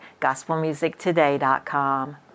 GospelMusicToday.com